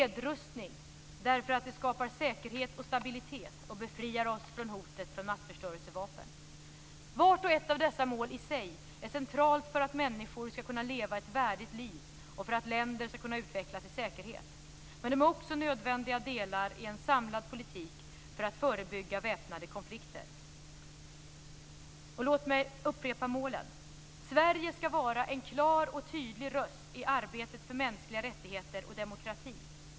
Nedrustning - därför att det skapar säkerhet och stabilitet och befriar oss från hotet från massförstörelsevapen. Vart och ett av dessa mål är i sig centralt för att människor ska kunna leva ett värdigt liv och för att länder ska kunna utvecklas i säkerhet. Men de är också nödvändiga delar i en samlad politik för att förebygga väpnade konflikter. Låt mig upprepa målen: Sverige ska vara en klar och tydlig röst i arbetet för mänskliga rättigheter och demokrati.